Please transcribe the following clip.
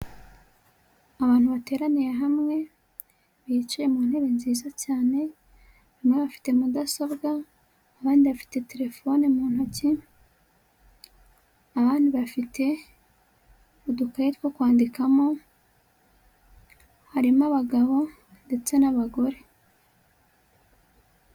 Abantu bateraniye hamwe, bicaye mu ntebe nziza cyane, harimo abafite mudasobwa, abandi bafite telefone mu ntoki, abandi bafite udukayi two kwandikamo, harimo abagabo ndetse n'abagore.